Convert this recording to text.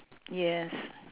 yes